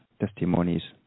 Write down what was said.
testimonies